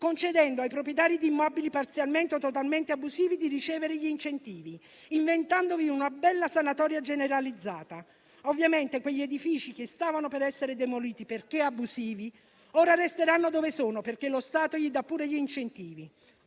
concedendo ai proprietari di immobili parzialmente o totalmente abusivi di ricevere gli incentivi, inventandovi una "bella" sanatoria generalizzata. Ovviamente, quegli edifici che stavano per essere demoliti perché abusivi ora resteranno dove sono, perché lo Stato gli dà pure gli incentivi: